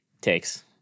takes